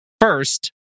First